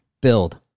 build